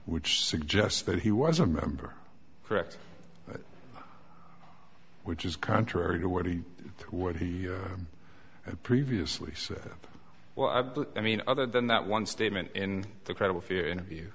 which suggests that he was a member correct which is contrary to what he what he had previously said well i mean other than that one statement in the credible fear interview